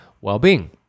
well-being